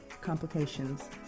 complications